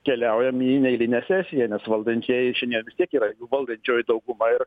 keliaujam į neeilinę sesiją nes valdantieji šiandien vis tiek yra valdančioji dauguma ir